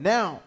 Now